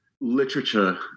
literature